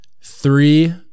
Three